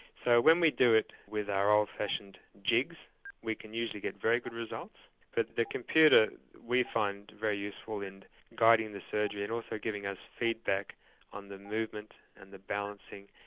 so when we do it with our old fashioned jigs we can usually get very good results but the computer we find very useful in guiding the surgery and also giving us feedback on the movement and the balancing.